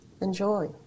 Enjoy